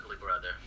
brother